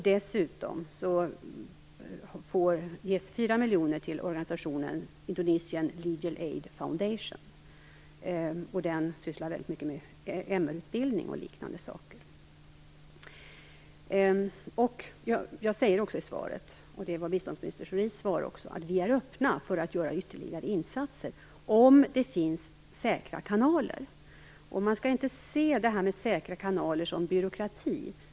Dessutom ges 4 miljoner till organisationen Indonesian Legal Aid Foundation. Den sysslar väldigt mycket med MR-utbildning och liknande saker. Jag säger också i svaret, och det var biståndsminister Schoris svar också, att vi är öppna för att göra ytterligare insatser om det finns säkra kanaler. Man skall inte se det här med säkra kanaler som byråkrati.